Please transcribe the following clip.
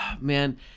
man